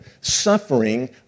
suffering